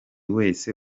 wese